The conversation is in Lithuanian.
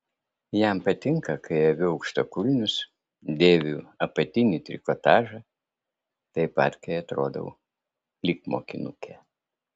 jam patinka kai aviu aukštakulnius dėviu apatinį trikotažą taip pat kai atrodau lyg mokinukė